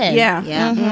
yeah. yeah.